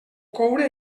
coure